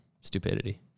stupidity